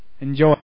Enjoy